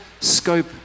scope